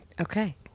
Okay